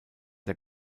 der